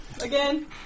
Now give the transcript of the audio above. again